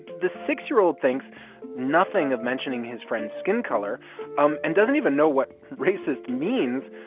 the six year old thinks nothing of mentioning his friend's skin color um and doesn't even know what racist means.